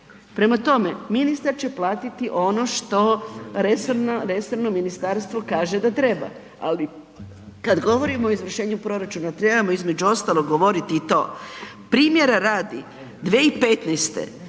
Prema tome, ministar će platiti ono što resorno ministarstvo kaže da treba. Ali kada govorimo o izvršenju proračuna trebamo između ostalog govoriti i to, primjera radi 2015.